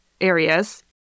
areas